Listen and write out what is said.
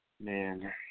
Man